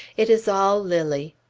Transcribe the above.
it is all lilly.